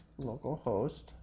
localhost